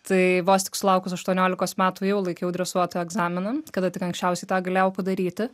tai vos tik sulaukus aštuoniolikos metų jau laikiau dresuotojo egzaminą kada tik anksčiausiai tą galėjau padaryti